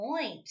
point